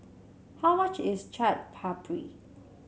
how much is Chaat Papri